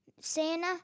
Santa